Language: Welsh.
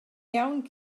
iawn